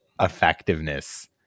effectiveness